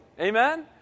Amen